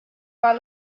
على